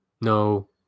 No